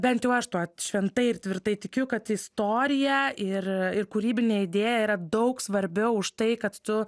bent jau aš tuo šventai ir tvirtai tikiu kad istorija ir ir kūrybinė idėja yra daug svarbiau už tai kad tu